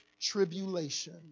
tribulation